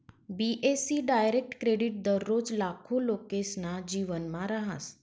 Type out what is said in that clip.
बी.ए.सी direct credit दररोज लाखो लोकेसना जीवनमा रहास